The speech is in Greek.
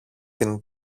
την